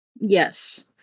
Yes